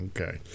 okay